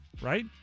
right